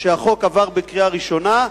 שהחוק עבר בקריאה ראשונה,